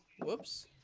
Whoops